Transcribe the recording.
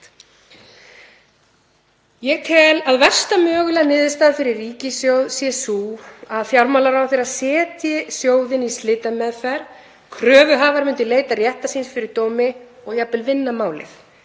Ég tel að versta mögulega niðurstaða fyrir ríkissjóð sé sú að fjármálaráðherra setji sjóðinn í slitameðferð. Kröfuhafar myndu leita réttar síns fyrir dómi og jafnvel vinna málið.